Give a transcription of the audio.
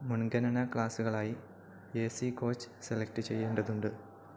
മുൻഗണനാ ക്ലാസ്സുകളായി A C coach select ചെയ്യേണ്ടതുണ്ട്